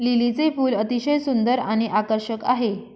लिलीचे फूल अतिशय सुंदर आणि आकर्षक आहे